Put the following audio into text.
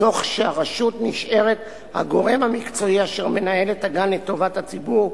תוך שהרשות נשארת הגורם המקצועי אשר מנהל את הגן לטובת הציבור,